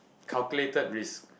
calculated risk